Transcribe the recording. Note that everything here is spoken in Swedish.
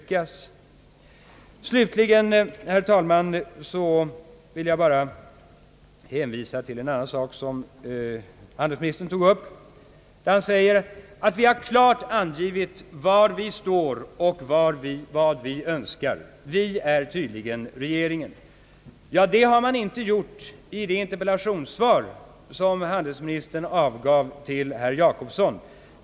Slutligen, herr talman, vill jag hänvisa till en annan sak som handelsministern tog upp. Han säger att vi har klart angivit var vi står och vad vi önskar. »Vi» är tydligen regeringen. Men det har inte gjorts i det interpellationssvar, som handelsministern lämnade till herr Gösta Jacobsson.